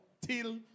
till